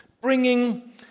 bringing